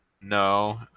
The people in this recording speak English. No